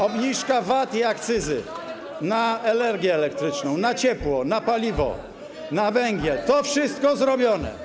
Obniżka VAT-u i akcyzy na energię elektryczną, na ciepło, na paliwo, na węgiel - to wszystko zrobione.